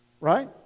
Right